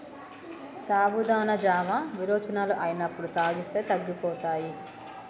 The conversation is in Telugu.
సాబుదానా జావా విరోచనాలు అయినప్పుడు తాగిస్తే తగ్గిపోతాయి